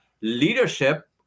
leadership